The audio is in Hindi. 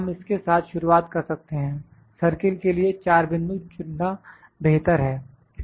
हम इसके साथ शुरुआत कर सकते हैं सर्किल के लिए 4 बिंदु चुनना बेहतर है